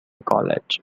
college